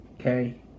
Okay